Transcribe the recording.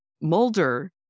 Mulder